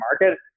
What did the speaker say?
market